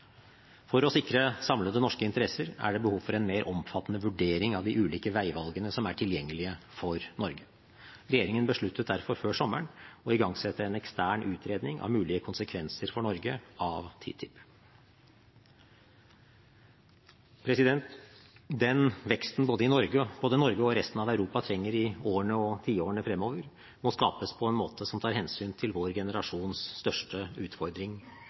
For å sikre samlede norske interesser er det behov for en mer omfattende vurdering av de ulike veivalgene som er tilgjengelige for Norge. Regjeringen besluttet derfor før sommeren å igangsette en ekstern utredning av mulige konsekvenser for Norge av TTIP. Den veksten både Norge og resten av Europa trenger i årene og tiårene fremover, må skapes på en måte som tar hensyn til vår generasjons største utfordring: